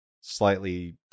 slightly